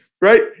right